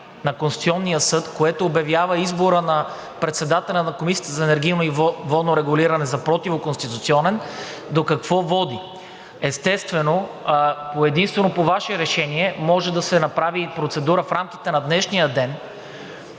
на Конституционния съд, което обявява избора на председателя на Комисията за енергийно и водно регулиране за противоконституционен, до какво води. Естествено, единствено по Ваше решение може да се направи процедура в рамките на днешния ден